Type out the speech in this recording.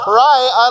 right